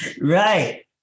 right